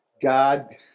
God